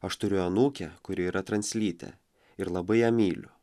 aš turiu anūkę kuri yra translytė ir labai ją myliu